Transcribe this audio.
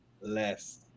less